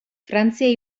frantzia